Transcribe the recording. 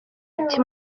ati